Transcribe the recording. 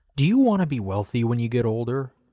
do you want to be wealthy when you get older?